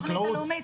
החקלאות.